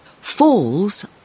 falls